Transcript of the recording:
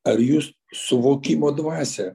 ar jūs suvokimo dvasią